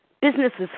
Businesses